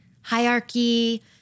hierarchy